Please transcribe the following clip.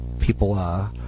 people